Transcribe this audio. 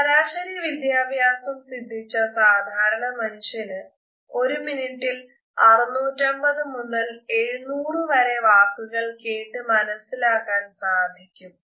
ശരാശരി വിദ്യാഭ്യാസം സിദ്ധിച്ച സാധാരണ മനുഷ്യന് ഒരു മിനുട്ടിൽ 650 മുതൽ 700 വരെ വാക്കുകൾ കേട്ട് മനസിലാക്കാൻ സാധിക്കും